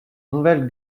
nouvelle